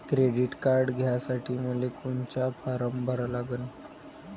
Credit card घ्यासाठी मले कोनचा फारम भरा लागन?